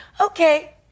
okay